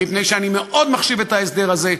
זה מפני שאני מאוד מחשיב את ההסדר הזה,